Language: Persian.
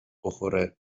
بخوره